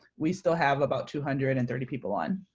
we still have about two hundred and thirty people on.